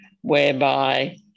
whereby